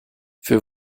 für